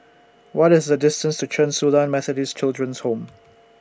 What IS The distance to Chen Su Lan Methodist Children's Home